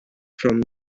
from